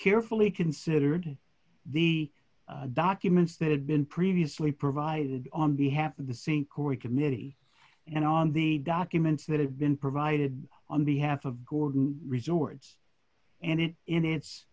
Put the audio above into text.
carefully considered the documents that had been previously provided on behalf of the sink or a committee and on the documents that had been provided on behalf of gordon resorts and it in